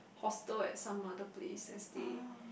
hostel at some other place and stay